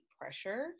pressure